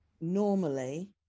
normally